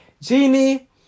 Genie